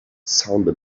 sounded